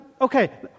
okay